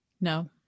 no